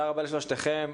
רבה לשלושתכם,